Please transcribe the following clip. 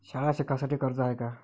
शाळा शिकासाठी कर्ज हाय का?